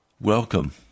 Welcome